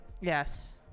Yes